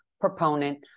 proponent